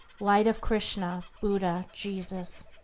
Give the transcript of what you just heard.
light of krishna, buddha, jesus.